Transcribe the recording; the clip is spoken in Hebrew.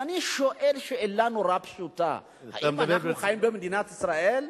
אז אני שואל שאלה נורא פשוטה: האם אנחנו חיים במדינת ישראל,